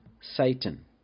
Satan